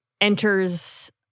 enters